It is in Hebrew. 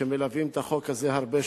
שמלווים את החוק הזה הרבה שנים,